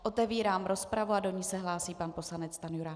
Otevírám rozpravu a do ní se hlásí pan poslanec Stanjura.